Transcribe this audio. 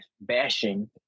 bashing